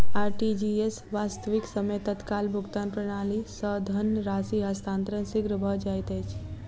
RTGS, वास्तविक समय तत्काल भुगतान प्रणाली, सॅ धन राशि हस्तांतरण शीघ्र भ जाइत अछि